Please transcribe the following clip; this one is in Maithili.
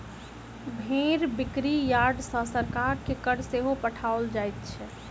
भेंड़ बिक्री यार्ड सॅ सरकार के कर सेहो पठाओल जाइत छै